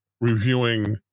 Reviewing